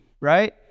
right